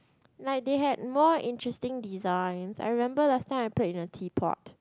like they have more interesting designs I remember last time I played in a teapot